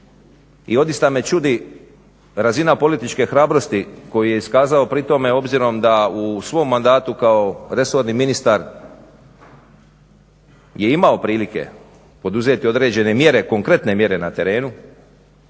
i odista me čudi razina političke hrabrosti koju je iskazao pri tome, obzirom da u svom mandatu kao resorni ministar je imao prilike poduzeti određene konkretne mjere na terenu,